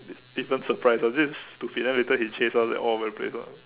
different surprises this is stupid then later he chase us like all over the place ah